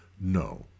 No